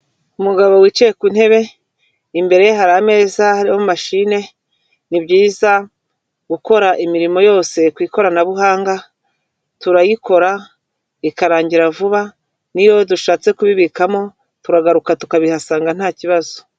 Umugabo wicaye ku ntebe, imbere hari ameza harimo machine, ni byiza gukora imirimo yose ku ikoranabuhanga, turayikora ikarangira vuba, n'iyo dushatse kubibikamo turagaruka tukabihasanga nta kibazo.